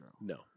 no